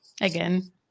Again